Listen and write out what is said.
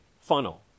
Funnel